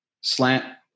slant